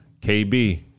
kb